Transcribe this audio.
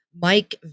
mike